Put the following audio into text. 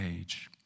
age